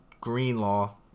Greenlaw